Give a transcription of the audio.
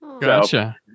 Gotcha